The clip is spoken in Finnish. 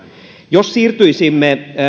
jos siirtyisimme